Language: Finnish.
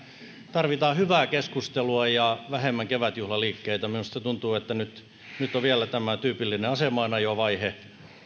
tarvitaan hyvää keskustelua ja vähemmän kevätjuhlaliikkeitä minusta tuntuu että nyt nyt on vielä tämä tyypillinen asemaanajovaihe